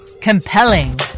Compelling